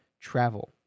travel